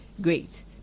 Great